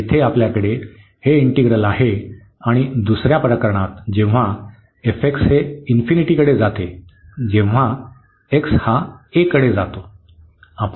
तर येथे आपल्याकडे हे इंटिग्रल आहे आणि दुसर्या प्रकरणात जेव्हा हे इन्फिनिटीकडे जाते जेव्हा x हा a कडे जातो